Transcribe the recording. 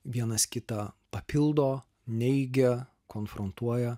vienas kitą papildo neigia konfrontuoja